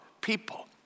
people